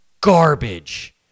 garbage